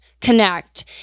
connect